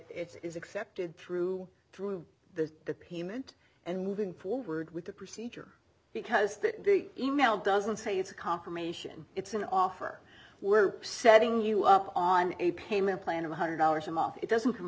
that it's accepted through through the the payment and moving forward with the procedure because that e mail doesn't say it's a confirmation it's an offer we're setting you up on a payment plan of one hundred dollars a month it doesn't co